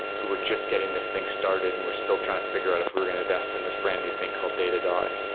who were just getting this thing started and we're still trying to figure out if we're going to invest in this brand new thing called datadog.